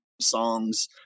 songs